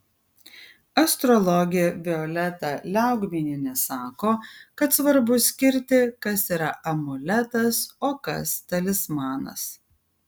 astrologė violeta liaugminienė sako kad svarbu skirti kas yra amuletas o kas talismanas